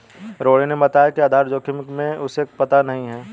रोहिणी ने बताया कि आधार जोखिम के बारे में उसे पता नहीं है